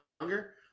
younger